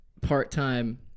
part-time